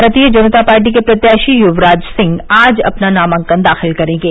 भारतीय जनता पार्टी के प्रत्याशी युवराज सिंह आज अपना नामांकन दाखिल करेंगे